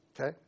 okay